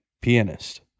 pianist